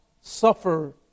suffer